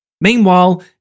Meanwhile